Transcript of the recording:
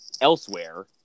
elsewhere